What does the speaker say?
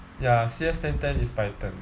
ya C_S ten ten is python